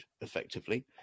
effectively